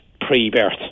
pre-birth